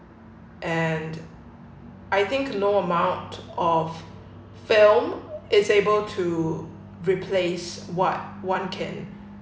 and I think no amount of film is able to replace what one can uh